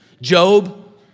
Job